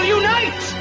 unite